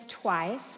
twice